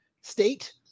state